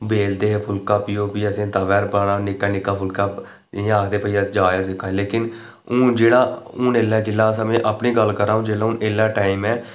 बेलदे हे ओह् बी असे तवे पर पाना निक्का निक्का इ'यां आखदे कि अस जाच सिक्खै ने लेकिन हून जेह्ड़ा हून जेल्लै अस में हून अपनी गल्ल करां हून जेल्लै एह् टाइम ऐ